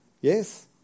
Yes